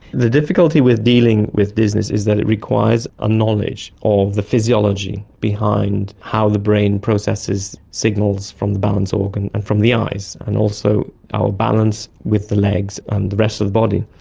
the difficulty with dealing with dizziness is that it requires a knowledge of the physiology behind how the brain processes signals from the balance organ and from the eyes, and also our balance with the legs and um the rest of the body.